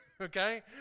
okay